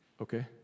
Okay